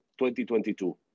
2022